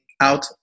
out